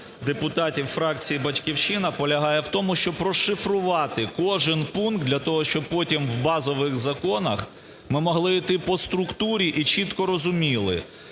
депутатів фракції "Батьківщина", полягає в тому, щоб розшифрувати кожний пункт для того, щоб потім у базових законах ми могли йти по структурі і чітко розуміли,